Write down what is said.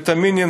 ותאמיני,